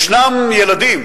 יש ילדים